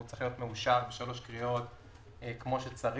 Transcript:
והוא צריך להיות מאושר בשלוש קריאות כמו שצריך,